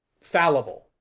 fallible